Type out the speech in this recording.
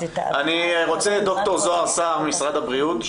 אני רוצה את ד"ר זהר סהר ממשרד הבריאות.